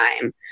time